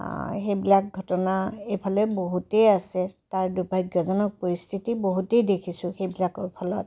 সেইবিলাক ঘটনা এইফালে বহুতেই আছে তাৰ দুৰ্ভাগ্যজনক পৰিস্থিতি বহুতেই দেখিছোঁ সেইবিলাকৰ ফলত